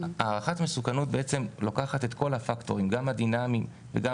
הערכת מסוכנות לוקחת את כל הפקטורים גם את הדינמיים וגם